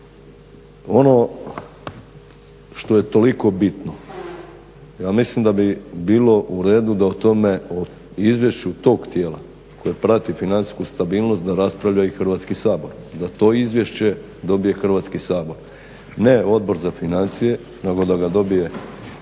Ono što je toliko bitno ja mislim da bi bilo uredu da o tome izvješću tog tijela koje prati financijsku stabilnost da raspravlja i Hrvatski sabor, da to izvješće dobije Hrvatski sabor. Ne Odbor za financije nego da ga dobije Hrvatski